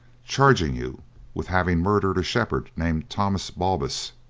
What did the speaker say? charging you with having murdered a shepherd, named thomas balbus,